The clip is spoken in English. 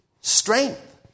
strength